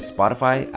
Spotify